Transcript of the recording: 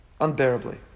Unbearably